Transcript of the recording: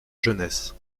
jeunesse